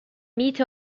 meat